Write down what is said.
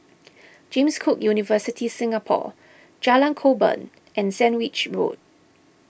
James Cook University Singapore Jalan Korban and Sandwich Road